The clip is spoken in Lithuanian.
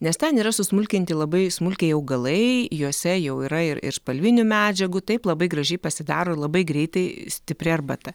nes ten yra susmulkinti labai smulkiai augalai juose jau yra ir ir spalvinių medžiagų taip labai gražiai pasidaro ir labai greitai stipri arbata